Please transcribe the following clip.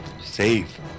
Save